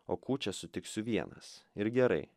o kūčias sutiksiu vienas ir gerai